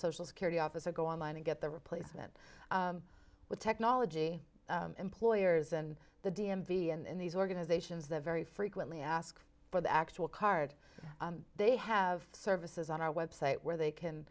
social security office or go online and get the replacement with technology employers and the d m v and these organizations they're very frequently asked for the actual card they have services on our website where they can